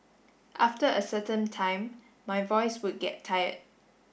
after a certain time my voice would get tired